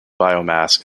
biomass